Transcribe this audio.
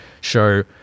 show